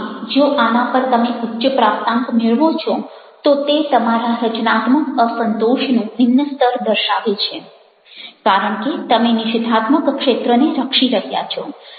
આથી જો આના પર તમે ઉચ્ચ પ્રાપ્તાંક મેળવો છો તો તે તમારા રચનાત્મક અસંતોષનું નિમ્નતર દર્શાવે છે કારણ કે તમે નિષેધાત્મક ક્ષેત્રને રક્ષી રહ્યા છો